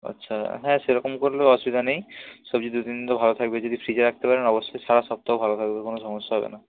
আচ্ছা হ্যাঁ সেরকম করলেও অসুবিধা নেই সবজি দু তিনদিন তো ভালো থাকবে যদি ফ্রিজে রাখতে পারেন অবশ্যই সারা সপ্তাহ ভালো থাকবে কোনো সমস্যা হবে না